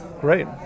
Great